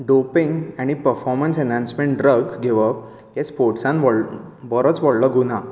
डोपेम आनी performance enhancement drugs घेवप हे स्पोर्टसांत बरोच व्हडलो गुन्यांव